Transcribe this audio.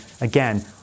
again